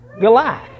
Goliath